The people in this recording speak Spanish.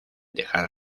dejar